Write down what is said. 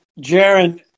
Jaron